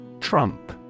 Trump